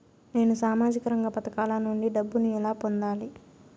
నేను సామాజిక రంగ పథకాల నుండి డబ్బుని ఎలా పొందాలి?